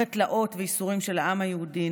אחרי תלאות וייסורים של העם היהודי,